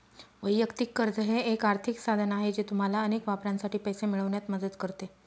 वैयक्तिक कर्ज हे एक आर्थिक साधन आहे जे तुम्हाला अनेक वापरांसाठी पैसे मिळवण्यात मदत करते